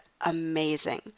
amazing